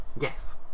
yes